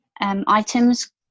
items